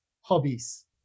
Hobbies